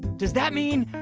does that mean?